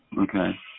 Okay